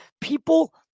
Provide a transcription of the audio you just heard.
people